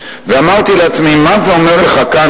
ואמרתי לעצמי: מה זה אומר לך כאן